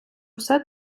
все